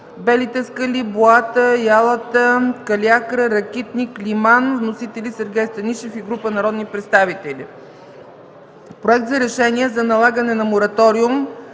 Белите скали, Боата, Ялата, Калиакра, Ракитник, Лиман. Вносители – Сергей Станишев и група народни представители. 13. Проект за решение за налагане на мораториум